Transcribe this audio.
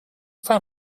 fan